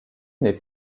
naît